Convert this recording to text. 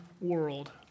world